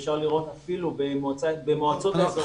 אפשר לראות אפילו במועצות האזוריות,